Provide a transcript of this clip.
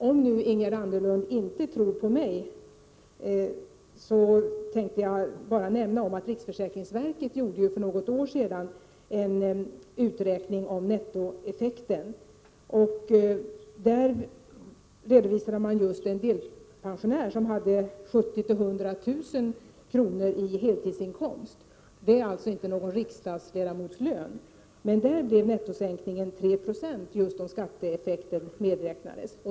Om Ingegerd Anderlund inte tror på mig, vill jag nämna att riksförsäkringsverket för något år sedan gjorde en uträkning av nettoeffekten. Man redovisade en delpensionär som hade mellan 70 000 och 100 000 kr. i heltidsinkomst — det är alltså inte något riksdagsledamotsarvode. För den pensionären blev nettosänkningen 3 76 om skatteeffekten medräknades.